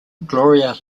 gloria